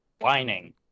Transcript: whining